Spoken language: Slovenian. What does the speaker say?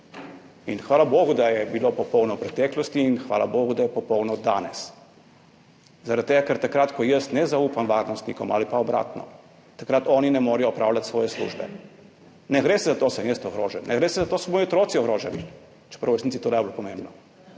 In hvala bogu, da je bilo popolno v preteklosti, in hvala bogu, da je popolno danes. Zaradi tega, ker takrat, ko jaz ne zaupam varnostnikom ali pa obratno, takrat oni ne morejo opravljati svoje službe. Ne gre za to, da sem jaz ogrožen, ne gre za to, da so moji otroci ogroženi, čeprav je v resnici to najbolj pomembno,